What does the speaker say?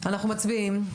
אנחנו מצביעים.